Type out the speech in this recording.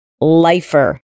LIFER